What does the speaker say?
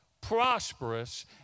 Prosperous